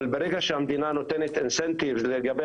אבל ברגע שהמדינה נותנת 'אינסנטיב' לגבי